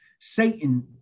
Satan